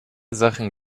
sachen